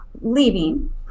leaving